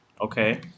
Okay